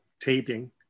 taping